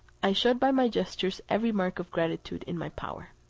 i showed by my gestures every mark of gratitude in my power.